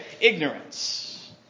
ignorance